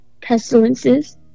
pestilences